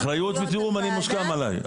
אחריות בתיאום כן.